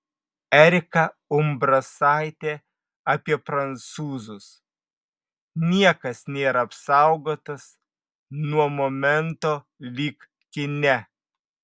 erika umbrasaitė apie prancūzus niekas nėra apsaugotas nuo momento lyg kine